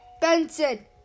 Benson